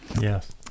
Yes